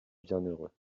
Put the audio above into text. bienheureux